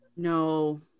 No